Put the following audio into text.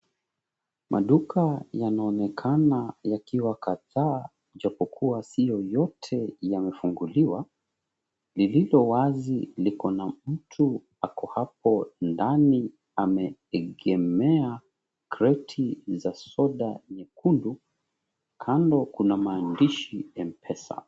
Maduka yanaonekana yakiwa kadhaa, ijapokuwa siyo yote yamefunguliwa. Lililo wazi liko na mtu ako hapo ndani ameegemea kreti za soda nyekundu. Kando kuna maandishi Mpesa.